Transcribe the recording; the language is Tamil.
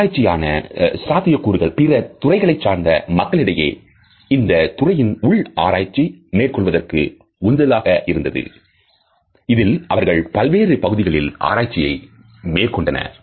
ஆராய்ச்சிக்கான சாத்தியக்கூறுகள் பிற துறைகளைச் சார்ந்த மக்களிடையே இந்தத் துறையின் உள் ஆராய்ச்சி மேற்கொள்வதற்கு உந்துதலாக இருந்தது இதில் அவர்கள் பல்வேறு பகுதிகளில் ஆராய்ச்சி மேற்கொண்டனர்